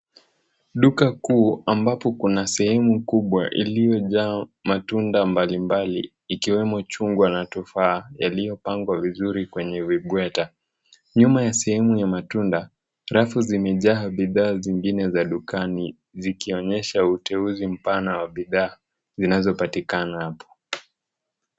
Duka kuu ambapo kuna sehemu kubwa iliyojaa matunda mbalimbali ikiwemo chungwa na tufaha yaliyopangwa vizuri kwenye vibweta. Nyuma ya sehemu ya matunda, rafu zimejaa bidhaa zingine za dukani zikionyesha uteuzi mpana wa bidhaa zinazopatikana hapo.